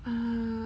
err